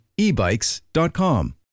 ebikes.com